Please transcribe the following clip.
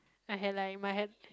I had like my hand